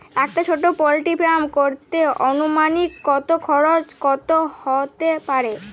একটা ছোটো poultry farm করতে আনুমানিক কত খরচ কত হতে পারে?